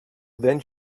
then